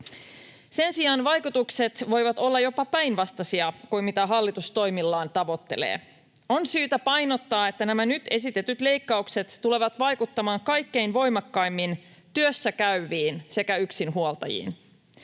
Sen sijaan vaikutukset voivat olla jopa päinvastaisia kuin mitä hallitus toimillaan tavoittelee. On syytä painottaa, että nämä nyt esitetyt leikkaukset tulevat vaikuttamaan kaikkein voimakkaimmin työssäkäyviin sekä yksinhuoltajiin.